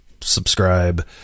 subscribe